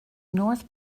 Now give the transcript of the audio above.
north